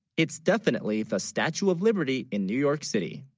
it's definitely if a statue of liberty in new. york city